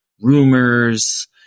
rumors